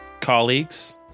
Colleagues